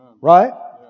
Right